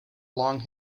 long